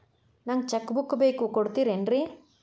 ನಂಗ cheque book ಬೇಕು ಕೊಡ್ತಿರೇನ್ರಿ?